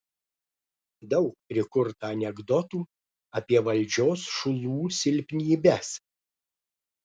daug prikurta anekdotų apie valdžios šulų silpnybes